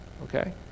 Okay